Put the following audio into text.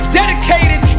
dedicated